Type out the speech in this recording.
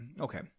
okay